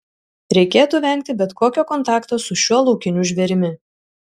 reikėtų vengti bet kokio kontakto su šiuo laukiniu žvėrimi